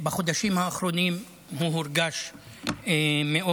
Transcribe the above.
בחודשים האחרונים הוא מורגש מאוד.